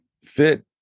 fit